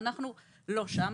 אנחנו לא שם,